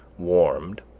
warmed,